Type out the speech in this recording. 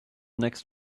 next